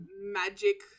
magic